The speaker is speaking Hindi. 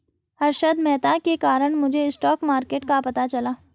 हर्षद मेहता के कारण मुझे स्टॉक मार्केट का पता चला